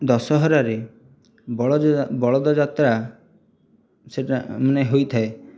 ଦଶହରାରେ ବଳଦ ଯାତ୍ରା ସେ'ଟା ମାନେ ହୋଇଥାଏ